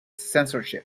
censorship